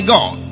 God